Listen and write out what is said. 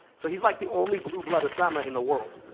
so he's, like, the only blue blood osama in the world.